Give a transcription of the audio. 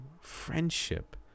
friendship